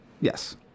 Yes